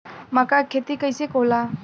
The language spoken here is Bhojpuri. मका के खेती कइसे होला?